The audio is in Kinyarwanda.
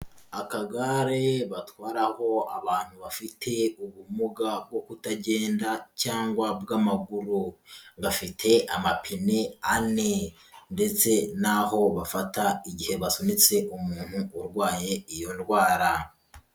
Akagare batwaraho abantu bafite ubumuga bwo kutagenda cyangwa bw'amaguru, gafite amapine ane ndetse n'aho bafata igihe basunitse umuntu urwaye iyo ndwara.